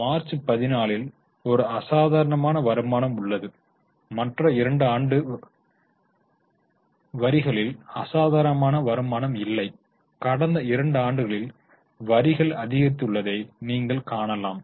March 14 இல் ஒரு அசாதாரண வருமானம் உள்ளது மற்ற 2 ஆண்டு வரிகளில் அசாதாரண வருமானம் இல்லை கடந்த 2 ஆண்டுகளில் வரிகள் அதிகரித்துள்ளதை நீங்கள் காணலாம்